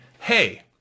hey